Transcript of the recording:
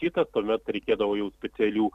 kitas tuomet reikėdavo jau specialių